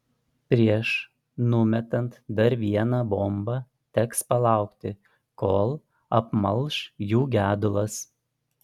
prieš numetant dar vieną bombą teks palaukti kol apmalš jų gedulas